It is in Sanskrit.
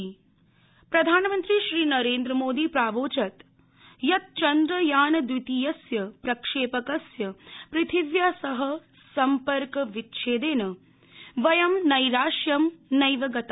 प्रधानमंत्री प्रधानमंत्री नरेन्द्रमोदी प्रावोचत् यत् चन्द्रयानद्वितीयस्य प्रक्षेपकस्य पृथिव्या सह सम्पर्क विच्छेदेन वयं नैराश्यं नैव गता